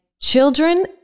children